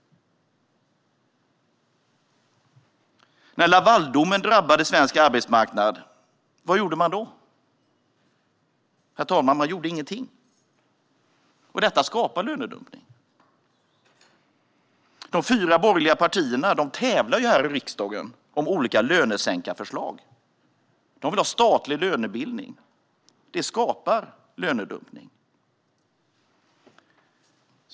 Vad gjorde man när Lavaldomen drabbade svensk arbetsmarknad? Man gjorde ingenting, herr talman. Detta skapade lönedumpning. De fyra borgerliga partierna i riksdagen tävlar med olika lönesänkningsförslag. De vill ha statlig lönebildning. Detta skapar lönedumpning.